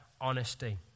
honesty